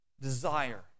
desire